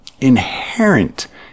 inherent